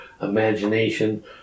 imagination